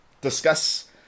discuss